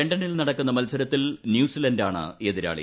ലണ്ടനിൽ നടക്കുന്ന മൽസരത്തിൽ ന്യൂസിലന്റാണ് എതിരാളി